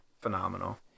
phenomenal